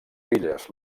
filles